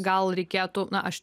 gal reikėtų na aš